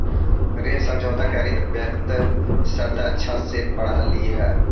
ऋण समझौता करित वक्त शर्त अच्छा से पढ़ लिहें